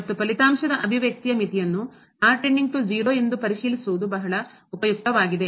ಮತ್ತು ಫಲಿತಾಂಶದ ಅಭಿವ್ಯಕ್ತಿಯ ಮಿತಿಯನ್ನು ಎಂದು ಪರಿಶೀಲಿಸುವುದು ಬಹಳ ಉಪಯುಕ್ತವಾಗಿದೆ